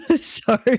Sorry